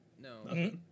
No